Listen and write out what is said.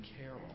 carol